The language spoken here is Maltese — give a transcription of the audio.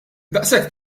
daqshekk